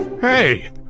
Hey